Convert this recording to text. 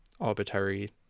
arbitrary